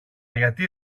γιατί